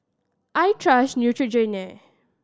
I trust Neutrogena